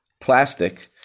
Plastic